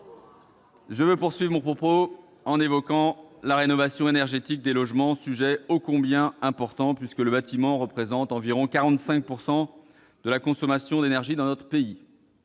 Je veux poursuivre mon propos en évoquant la rénovation énergétique des logements, sujet ô combien important, puisque le bâtiment représente environ 45 % de la consommation d'énergie dans notre pays.